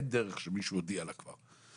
אין דרך שמישהו הודיע להם כבר,